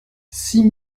six